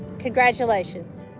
congratulations.